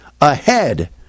Ahead